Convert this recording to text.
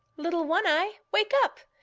little one-eye, wake up!